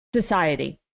society